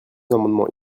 amendements